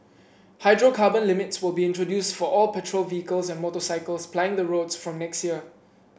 hydrocarbon limits will be introduced for all petrol vehicles and motorcycles plying the roads from next year